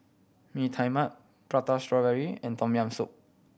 Mee Tai Mak Prata Strawberry and Tom Yam Soup